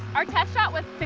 our test shot was